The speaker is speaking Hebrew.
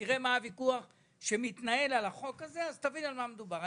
כשתראה מה הוויכוח שמתנהל על החוק הזה אתה תבין על מה מדובר.